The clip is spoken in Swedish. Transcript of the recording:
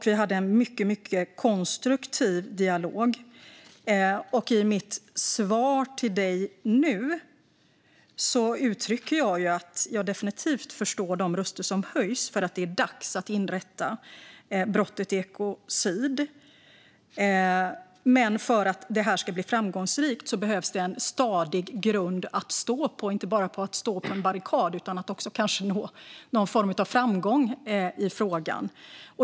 Vi hade en mycket konstruktiv dialog. I mitt svar till Jens Holm i dag uttryckte jag att jag definitivt förstår de röster som höjs om att det är dags att inrätta brottet ekocid. Men för att det ska bli framgångsrikt behövs en stadig grund att stå på, inte bara att stå på en barrikad utan också att nå någon form av framgång i frågan.